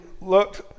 looked